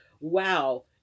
wow